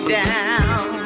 down